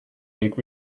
make